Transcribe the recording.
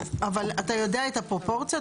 אבל אתה יודע את הפרופורציות?